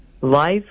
Life